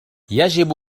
يجب